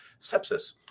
sepsis